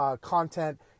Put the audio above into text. content